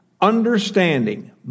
Understanding